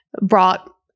brought